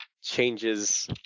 changes